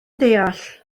deall